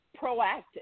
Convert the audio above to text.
proactive